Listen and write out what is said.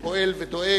הוא פועל ודואג,